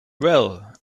well